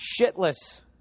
shitless